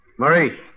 Marie